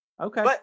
Okay